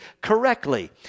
correctly